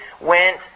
went